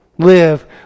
Live